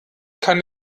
kann